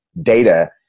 data